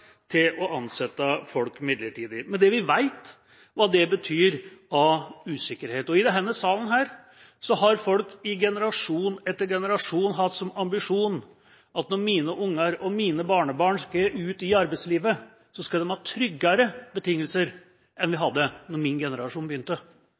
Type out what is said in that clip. til å ansette folk midlertidig – med det vi vet om hva det betyr av usikkerhet. I denne salen har folk i generasjon etter generasjon hatt som ambisjon: Når mine unger og barnebarn skal ut i arbeidslivet, skal de ha tryggere betingelser enn vi